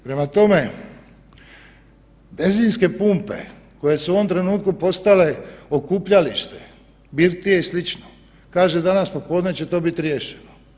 Prema tome, benzinske pumpe koje su u ovom trenutku postale okupljalište, birtije i sl., kaže danas popodne će to biti riješeno.